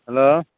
hello